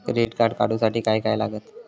Credit card काढूसाठी काय काय लागत?